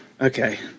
Okay